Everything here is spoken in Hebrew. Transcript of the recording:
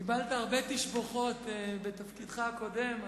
קיבלת הרבה תשבחות בתפקידך הקודם.